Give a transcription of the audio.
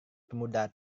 pemuda